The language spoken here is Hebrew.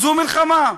זו מלחמה.